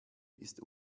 ist